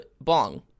bong